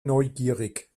neugierig